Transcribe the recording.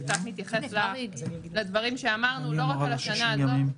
זה קצת מתייחס לדברים שאמרנו לא רק לשנה הזאת,